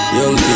young